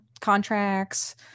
contracts